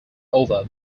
over